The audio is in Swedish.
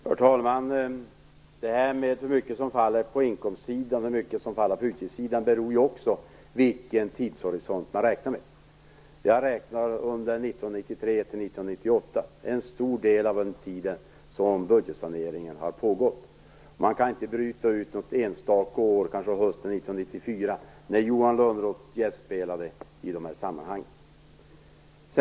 Herr talman! Hur mycket som faller på inkomstsidan och hur mycket som faller på utgiftssidan beror också på vilken tidshorisont man räknar med. Jag räknar med 1993-1998, en stor del av den tid som budgetsaneringen har pågått. Man kan inte bryta ut något enstaka år, kanske hösten 1994, när Johan Lönnroth gästspelade i de här sammanhangen.